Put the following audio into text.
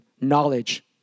Knowledge